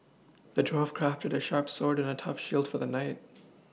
the dwarf crafted a sharp sword and a tough shield for the knight